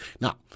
Now